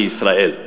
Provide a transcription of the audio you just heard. בישראל.